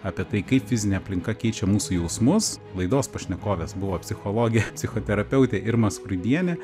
apie tai kaip fizinė aplinka keičia mūsų jausmus laidos pašnekovės buvo psichologė psichoterapeutė irma skruibienė